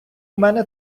мене